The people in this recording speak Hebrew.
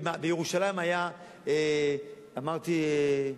אמרתי: